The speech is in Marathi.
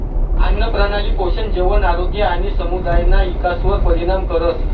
आन्नप्रणाली पोषण, जेवण, आरोग्य आणि समुदायना इकासवर परिणाम करस